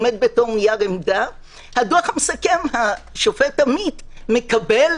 עומד בתור נייר עמדה - השופט עמית מקבל